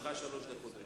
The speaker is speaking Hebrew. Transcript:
לרשותך שלוש דקות.